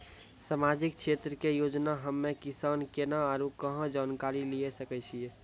समाजिक क्षेत्र के योजना हम्मे किसान केना आरू कहाँ जानकारी लिये सकय छियै?